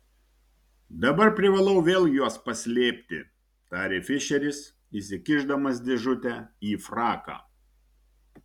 dabar privalau vėl juos paslėpti tarė fišeris įsikišdamas dėžutę į fraką